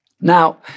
Now